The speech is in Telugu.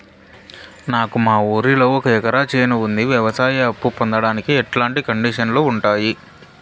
నాకు మా ఊరిలో ఒక ఎకరా చేను ఉంది, వ్యవసాయ అప్ఫు పొందడానికి ఎట్లాంటి కండిషన్లు ఉంటాయి?